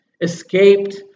escaped